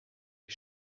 est